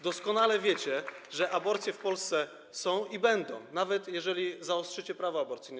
doskonale wiecie, że aborcje w Polsce są i będą, nawet jeżeli zaostrzycie prawo aborcyjne.